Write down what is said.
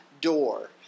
door